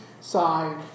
side